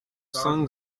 cinq